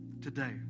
today